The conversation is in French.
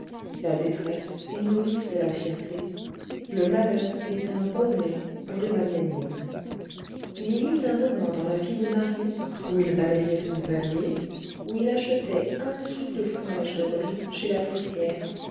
la détresse est nourrice de la fierté le malheur est un bon lait pour les magnanimes il y eut un moment dans la vie de marius où il balayait son palier où il achetait un sou de fromage de brie chez la fruitière